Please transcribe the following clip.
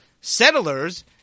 settlers –